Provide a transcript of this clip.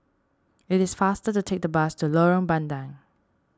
it is faster to take the bus to Lorong Bandang